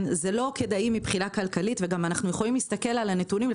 זה לא כדאי כלכלית ואנחנו יכולים להסתכל על הנתונים,